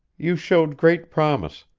you showed great promise,